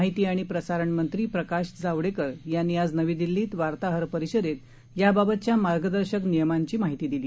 माहिती आणि प्रसारण मंत्री प्रकाश जावडेकर यांनी आज नवी दिल्लीत वार्ताहर परिषदेत याबाबतच्या मार्गदर्शक नियमांची माहिती दिली